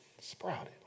sprouted